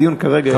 בדיון כרגע,